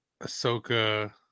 Ahsoka